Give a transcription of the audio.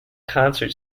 concert